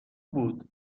بود